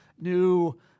new